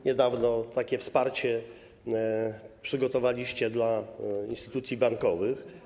Niedawno takie wsparcie przygotowaliście dla instytucji bankowych.